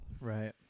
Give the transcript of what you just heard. Right